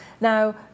Now